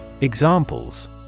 Examples